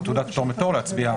הוועדה -- ואת ועדת הבחירות המרכזית.